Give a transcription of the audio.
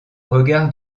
regard